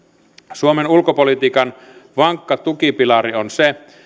suomen ulkopolitiikan vankka tukipilari on se